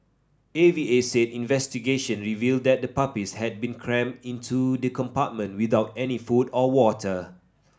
A V A said investigation revealed that the puppies had been crammed into the compartment without any food or water